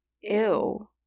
ew